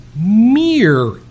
mere